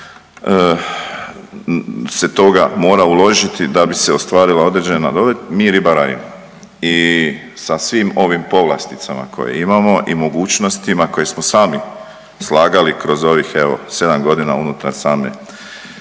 se toga mora uložiti da bi se ostvarila određena dobit mi ribara imamo i sa svim ovim povlasticama koje imamo i mogućnostima koje smo sami slagali kroz ovih evo sedam godina unutar same